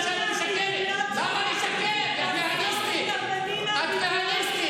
היא לא שיקרה, והיא איבדה את הבעל שלה בפיגוע.